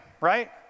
right